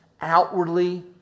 outwardly